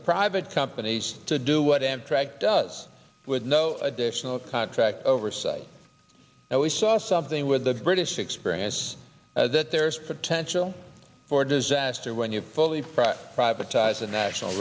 private companies to do what amtrak does with no additional contract oversight and we saw something with the british experience that there is potential for disaster when you fully for privatized a national